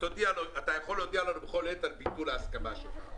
אתה יכול להודיע לנו בכל עת על ביטול ההסכמה שלך.